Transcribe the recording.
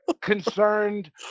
concerned